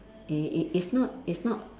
i~ it is not it's not